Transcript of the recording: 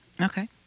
Okay